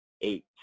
Eight